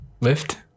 lift